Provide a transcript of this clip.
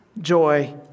joy